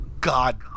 God